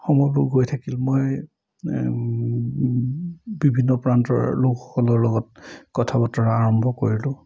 সময়বোৰ গৈ থাকিল মই বিভিন্ন প্ৰান্তৰৰ লোকসকলৰ লগত কথা বতৰা আৰম্ভ কৰিলোঁ